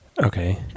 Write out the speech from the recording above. Okay